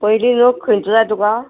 पयलीं रोग खंयचो जाय तुका